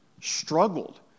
struggled